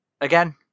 again